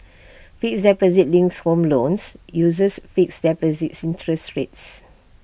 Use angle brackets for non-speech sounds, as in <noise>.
<noise> fixed deposit linked home loans uses fixed deposit interest rates